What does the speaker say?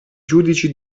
giudici